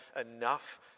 enough